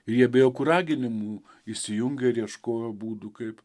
ir jie be jokių raginimų įsijungė ir ieškojo būdų kaip